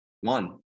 One